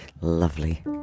Lovely